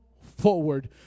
forward